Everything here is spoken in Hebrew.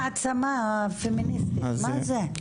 העצמה פמיניסטית מה זה?